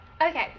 Okay